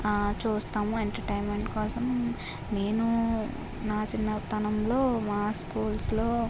చూస్తాం ఎంటర్టైన్మెంట్ కోసం నేను నా చిన్నతనంలో మా స్కూల్స్లో